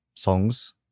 songs